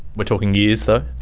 we're talking years, though?